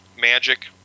magic